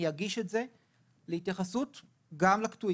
אני אגיש את זה להתייחסות גם לקטועים,